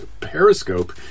Periscope